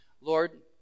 Lord